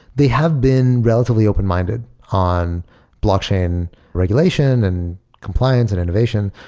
they have been relatively open-minded on blockchain regulation and compliance and innovation.